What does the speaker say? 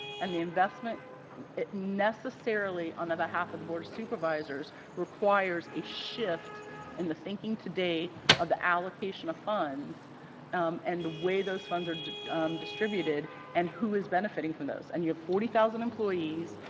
and the investment necessarily on the behalf of the board of supervisors requires a shift in the thinking today of the allocation of funds and the way those funds are distributed and who is benefiting from those. and yeah forty thousand employees.